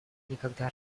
никогда